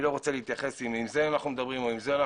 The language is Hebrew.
אני לא רוצה להתייחס האם אנחנו מדברים עם זה או עם זה,